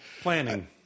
Planning